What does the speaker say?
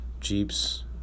Jeeps